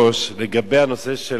אדוני היושב-ראש, לגבי הנושא,